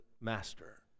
master